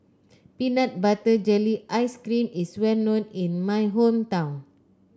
Peanut Butter Jelly Ice cream is well known in my hometown